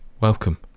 Welcome